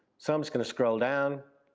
so i'm just gonna scroll down.